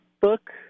book